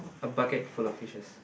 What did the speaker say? a bucket full of fishes